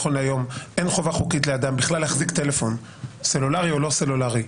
מאחר ואין חובה חוקית לאדם להחזיק טלפון סלולרי או לא סלולרי,